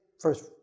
first